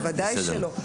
בוודאי שלא.